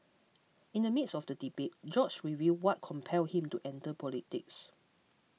in the midst of the debate George revealed what compelled him to enter politics